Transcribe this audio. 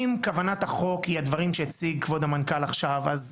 אם כוונת החוק היא הדברים שהציג כבוד המנכ"ל עכשיו,